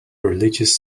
religious